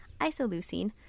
isoleucine